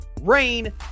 Rain